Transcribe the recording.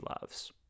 loves